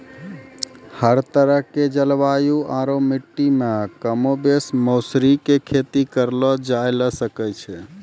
हर तरह के जलवायु आरो मिट्टी मॅ कमोबेश मौसरी के खेती करलो जाय ल सकै छॅ